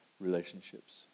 relationships